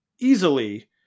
easily